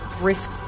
risk